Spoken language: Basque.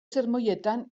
sermoietan